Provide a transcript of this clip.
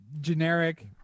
generic